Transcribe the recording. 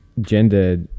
gender